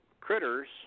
critters